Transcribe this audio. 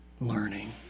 learning